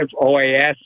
OAS